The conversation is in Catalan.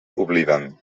obliden